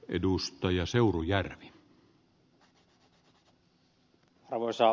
arvoisa herra puhemies